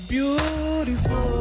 Beautiful